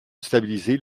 stabiliser